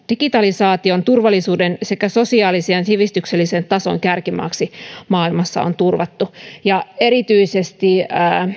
digitalisaation turvallisuuden sekä sosiaalisen ja sivistyksellisen tason kärkimaaksi maailmassa on turvattu erityisesti